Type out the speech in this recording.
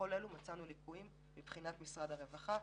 בכל אלה מצאנו ליקויים מבחינת משרד הרווחה.